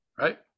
Right